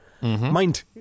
Mind